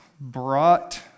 brought